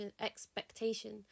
expectation